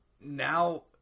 now